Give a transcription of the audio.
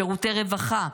שירותי רווחה,